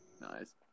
nice